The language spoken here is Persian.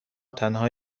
تنها